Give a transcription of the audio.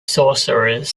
sorcerers